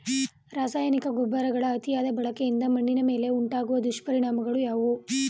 ರಾಸಾಯನಿಕ ಗೊಬ್ಬರಗಳ ಅತಿಯಾದ ಬಳಕೆಯಿಂದ ಮಣ್ಣಿನ ಮೇಲೆ ಉಂಟಾಗುವ ದುಷ್ಪರಿಣಾಮಗಳು ಯಾವುವು?